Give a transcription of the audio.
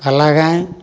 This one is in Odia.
ପାଲା ଗାଏ